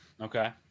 Okay